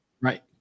Right